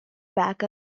back